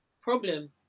problem